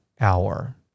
hour